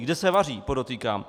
Kde se vaří, podotýkám.